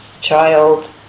child